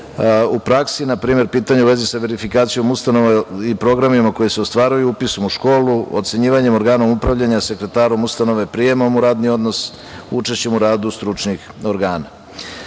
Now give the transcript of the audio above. u praksi. Na primer, pitanje u vezi sa verifikacijom ustanove i programima koji se ostvaruju upisom u školu, ocenjivanjem organa upravljanja, sekretarom ustanove, prijemom u radni odnos, učešćem u radu stručnih organa. Posebno